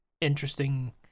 interesting